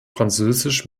französisch